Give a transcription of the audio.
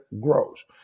grows